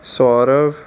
Saurav